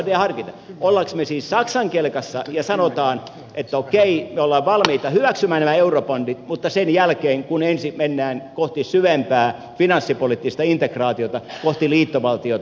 olemmeko me siis saksan kelkassa ja sanomme että okei me olemme valmiit hyväksymään nämä eurobondit mutta sen jälkeen kun ensin mennään kohti syvempää finanssipoliittista integraatiota kohti liittovaltiota